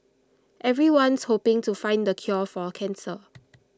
everyone's hoping to find the cure for cancer